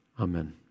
Amen